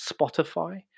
Spotify